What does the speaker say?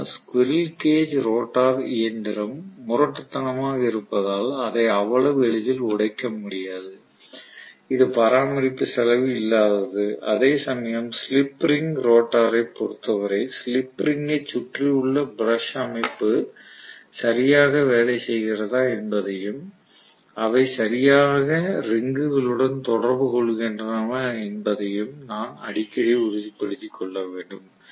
ஆனால் squirrel cage rotor இயந்திரம் முரட்டுத்தனமாக இருப்பதால் அதை அவ்வளவு எளிதில் உடைக்க முடியாது இது பராமரிப்பு செலவு இல்லாதது அதேசமயம் ஸ்லிப் ரிங் ரோட்டாரை பொறுத்தவரை ஸ்லிப் ரிங்கை சுற்றி உள்ள பிரஷ் அமைப்பு சரியாக வேலை செய்கிறதா என்பதையும் அவை சரியாக ரிங்குகளுடன் தொடர்பு கொள்கின்றனவா என்பதையும் நான் அடிக்கடி உறுதிப்படுத்திக் கொள்ள வேண்டும்